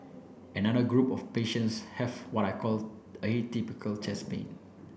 another group of patients have what I call atypical chest pain